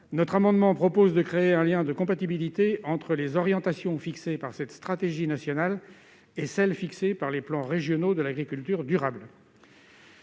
notre amendement vise à créer un lien de compatibilité entre les orientations fixées par cette stratégie nationale et celles qui sont définies dans les plans régionaux de l'agriculture durable.